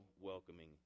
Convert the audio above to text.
welcoming